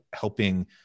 helping